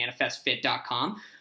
ManifestFit.com